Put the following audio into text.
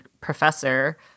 professor